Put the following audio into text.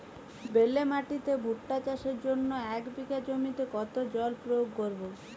বেলে মাটিতে ভুট্টা চাষের জন্য এক বিঘা জমিতে কতো জল প্রয়োগ করব?